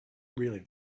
really